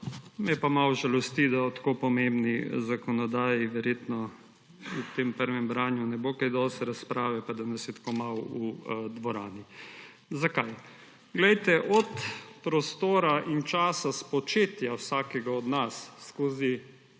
me pa malo žalosti, da ob tako pomembni zakonodaji verjetno ob prvem branju ne bo kaj dosti razprave pa da nas je tako malo v dvorani. Zakaj? Od prostora in časa spočetja vsakega od nas skozi